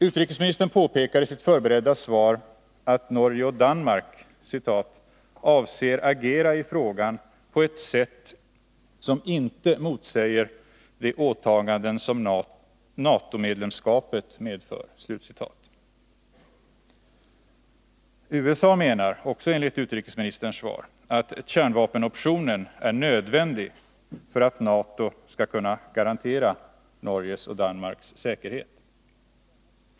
Utrikesministern påpekar i sitt förberedda svar att Norge och Danmark ”avser agera i frågan på ett sätt som icke motsäger de åtaganden som NATO-medlemskapet medför”. USA menar, också enligt utrikesministerns svar, att kärnvapenoptionen är nödvändig för att NATO skall kunna garantera Norges och Danmarks säkerhet.